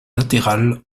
latéral